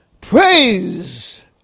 praise